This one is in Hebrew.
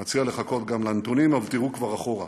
אני מציע לחכות גם לנתונים, אבל תראו כבר אחורה.